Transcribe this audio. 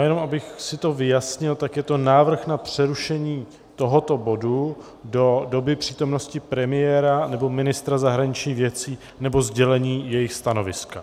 Jen abych si to vyjasni tak je to návrh na přerušení tohoto bodu do doby přítomnosti premiéra, nebo ministra zahraničních věcí, nebo sdělení jejich stanoviska.